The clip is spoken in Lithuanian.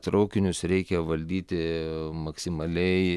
traukinius reikia valdyti maksimaliai